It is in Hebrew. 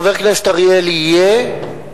לחבר הכנסת אריאל יהיה,